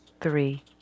three